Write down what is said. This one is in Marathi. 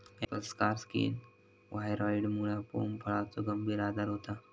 ॲपल स्कार स्किन व्हायरॉइडमुळा पोम फळाचो गंभीर आजार होता